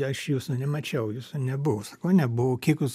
aš jūsų nemačiau jūsų nebuvo sakau nebuvo kiek jūs